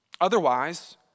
Otherwise